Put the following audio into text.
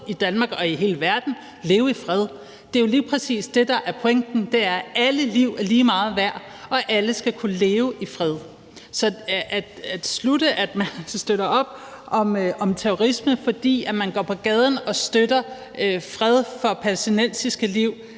i Danmark og i hele verden leve i fred. Det er jo lige præcis det, der er pointen. Det er, at alle liv er lige meget værd, og at alle skal kunne leve i fred. Så at slutte, at man støtter op om terrorisme, fordi man går på gaden og støtter budskabet fred for palæstinensiske liv,